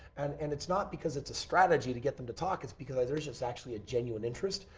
and and it's not because it's a strategy to get them to talk. it's because i there's just actually a genuine interest.